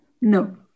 no